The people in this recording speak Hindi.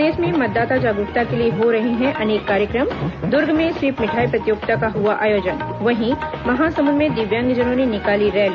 प्रदेश में मतदाता जागरूकता के लिए हो रहे हैं अनेक कार्यक्रम दूर्ग में स्वीप मिठाई प्रतियोगिता का हुआ आयोजन वहीं महासमुंद में दिव्यांगजनों ने निकाली रैली